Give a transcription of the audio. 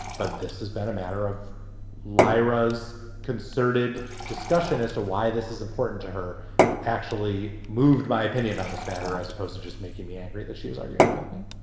but this has been a matter of liras concerted discussion as to why this is important to her actually moved my opinion on this matter as opposed to just making me angry that she was arguing with me.